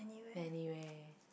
many where